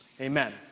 Amen